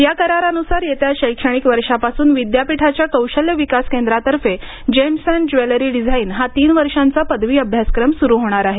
या करारानुसार येत्या शैक्षणिक वर्षांपासून विद्यापीठाच्या कौशल्य विकास केंद्रातर्फे जेम्स अँड ज्वेलरी डिझाईन हा तीन वर्षांचा पदवी अभ्यासक्रम सुरू होणार आहे